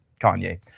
Kanye